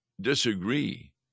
disagree